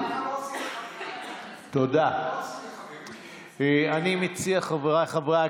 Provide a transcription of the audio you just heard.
אני חוזר על דבריי.